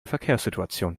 verkehrssituation